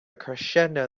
crescendo